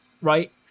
Right